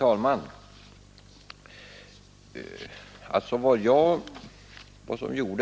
Herr talman!